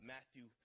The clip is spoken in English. Matthew